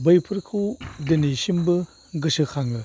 बैफोरखौ दिनैसिमबो गोसोखाङो